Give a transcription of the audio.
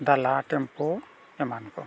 ᱰᱟᱞᱟ tempo ᱮᱢᱟᱱ